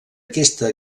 aquesta